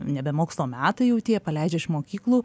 nebe mokslo metai jau tie paleidžia iš mokyklų